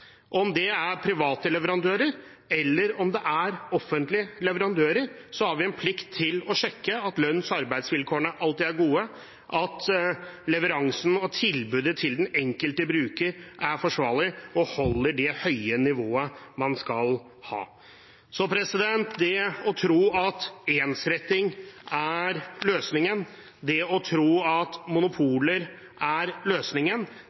Om det er private eller offentlige leverandører, har vi en plikt til å sjekke at lønns- og arbeidsvilkårene alltid er gode, og at leveransen og tilbudet til den enkelte bruker er forsvarlig og holder det høye nivået man skal ha. Det å tro at ensretting er løsningen, det å tro at monopoler er løsningen,